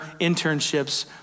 internships